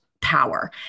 power